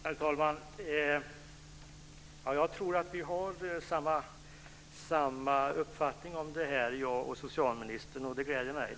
Herr talman! Jag tror att jag och socialministern har samma uppfattning om det här, och det gläder mig.